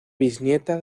bisnieta